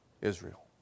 Israel